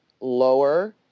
lower